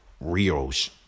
Rio's